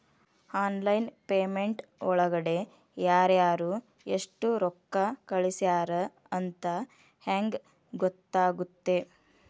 Online payment ಒಳಗಡೆ ಯಾರ್ಯಾರು ಎಷ್ಟು ರೊಕ್ಕ ಕಳಿಸ್ಯಾರ ಅಂತ ಹೆಂಗ್ ಗೊತ್ತಾಗುತ್ತೆ?